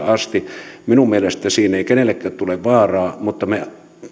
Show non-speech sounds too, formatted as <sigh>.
<unintelligible> asti minun mielestäni siinä ei kenellekään tule vaaraa mutta me